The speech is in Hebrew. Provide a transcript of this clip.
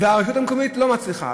והרשות המקומית לא מצליחה.